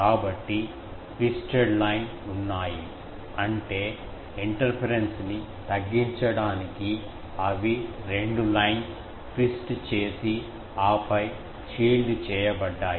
కాబట్టి twisted line ఉన్నాయి అంటే ఇంటర్ఫరెన్స్ ని తగ్గించడానికి అవి రెండు లైన్స్ ట్విస్ట్ చేసి ఆపై షీల్డ్ చేయబడ్డాయి